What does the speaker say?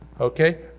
okay